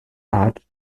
art